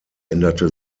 änderte